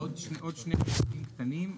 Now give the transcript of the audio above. עוד שני נושאים קטנים.